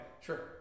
Sure